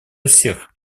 всех